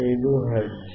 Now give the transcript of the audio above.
15 hertz